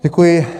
Děkuji.